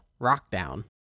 Rockdown